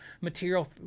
material